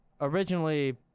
originally